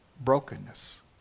brokenness